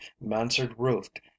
mansard-roofed